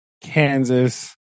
Kansas